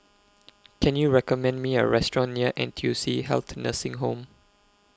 Can YOU recommend Me A Restaurant near N T U C Health Nursing Home